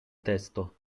testo